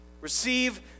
receive